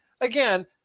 again